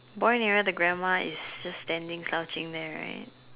boy nearer the grandma is just standing slouching there right